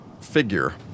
figure